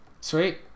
Sweet